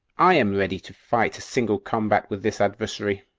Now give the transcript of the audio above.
i am ready to fight a single combat with this adversary.